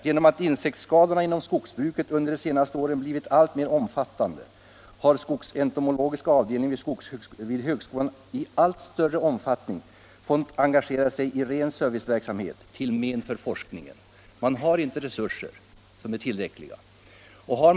”Genom att insektsskadorna inom skogsbruket under de senaste åren blivit alltmera omfattande har skogsentomologiska avdelningen vid högskolan i allt större omfattning fått engagera sig i ren serviceverksamhet till men för forskningen.” — Man har inte tillräckliga resurser.